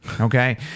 Okay